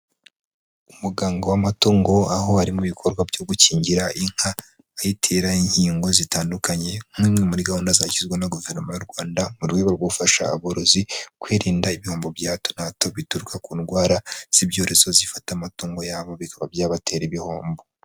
Umuganga w'amatungo aho ari mu ibikorwa byo gukingira inka ayitera inkingo zitandukanye, nk'imwe muri gahunda zashyizweho na Guverinoma y'u Rwanda, mu rwego rwo gufasha aborozi kwirinda ibihombo bya hato na hato bituruka ku ndwara z'ibyorezo zifata amatungo yabo bikaba byabatera ibihombo.